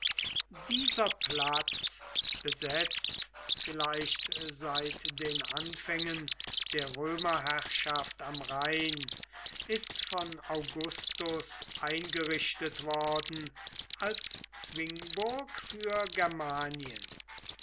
dieser platz besetzt vielleicht seit den anfängen der römerherrschaft am rhein ist von augustus eingerichtet worden als zwingburg für